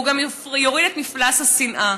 והוא גם יוריד את מפלס השנאה.